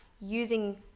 using